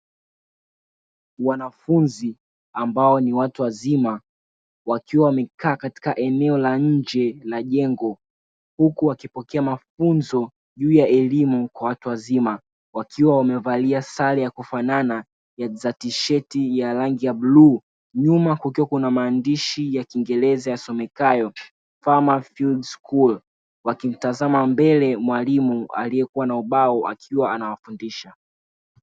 Wanafunzi ambao ni watu wazima wakiwa wamekaa katika eneo la nje la jengo, huku wakipokea mafunzo juu ya elimu kwa watu wazima, wakiwa wamevalia sare ya kufanana za tisheti ya rangi ya bluu, nyuma kukiwa kuna maandishi ya kiingereza yasomekayo "FARMER FIELD SCHOOL" wakimtazama mbele mwalimu aliyekuwa na ubao akiwa anawafundisha.